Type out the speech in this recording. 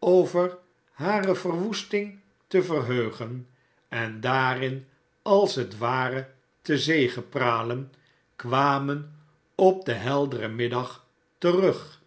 over hare verwoesting te verheugen en daarin als het ware te zegepralen kwamen op den helderen middag terug